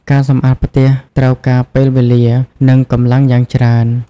ការសម្អាតផ្ទះត្រូវការពេលវេលា និងកម្លំាងយ៉ាងច្រើន។